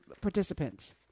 participants